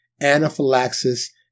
anaphylaxis